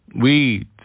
Weed